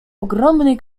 ogromny